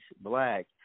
black